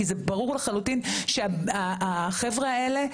כי זה ברור לחלוטין שהחבר'ה האלה,